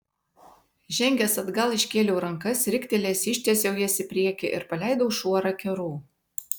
žengęs atgal iškėliau rankas riktelėjęs ištiesiau jas į priekį ir paleidau šuorą kerų